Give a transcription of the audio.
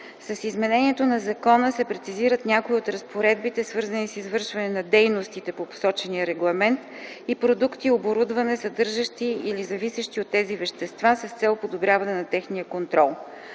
С измененията на закона се прецизират някои от разпоредбите, свързани с извършването на дейностите по посочения регламент и продукти и оборудване, съдържащи или зависещи от тези вещества, с цел подобряване на техния контрол.